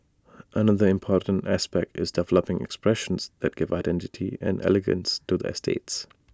another important aspect is developing expressions that give identity and elegance to the estates